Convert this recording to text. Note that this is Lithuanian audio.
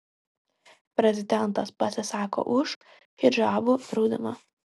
prezidentas pasisako už hidžabų draudimą